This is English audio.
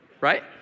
Right